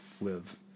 live